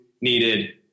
needed